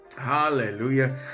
Hallelujah